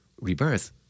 rebirth